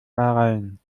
bahrain